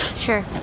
Sure